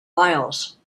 miles